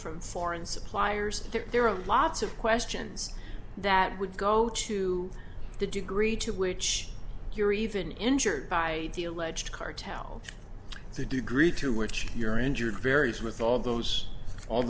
from foreign suppliers there are lots of questions that would go to the degree to which you're even injured by the alleged cartel it's a degree to which you're injured varies with all those all